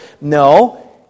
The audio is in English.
No